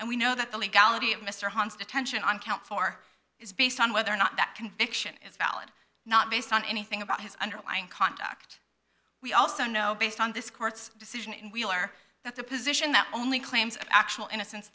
and we know that the legality of mr hunt's detention on count four is based on whether or not that conviction is valid or not based on anything about his underlying conduct we also know based on this court's decision and wheeler that the position that only claims of actual innocence